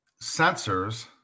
sensors